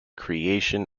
creation